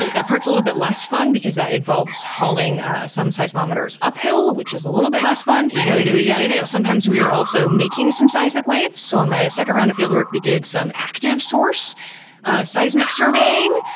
that that part's a little bit less fun because that involves hauling some seismometers uphill, which is a little bit less fun. but you gotta do what you gotta do. sometimes we are also making some seismic waves. so on my second round of field work, we did some active source ah seismic surveying,